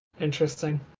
Interesting